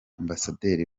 ambasaderi